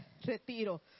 retiro